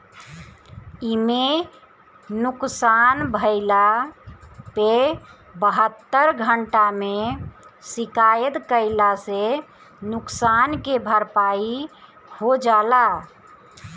इमे नुकसान भइला पे बहत्तर घंटा में शिकायत कईला से नुकसान के भरपाई हो जाला